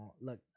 look